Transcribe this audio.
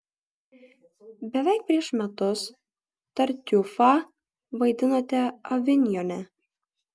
beveik prieš metus tartiufą vaidinote avinjone